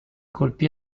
colpì